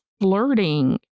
flirting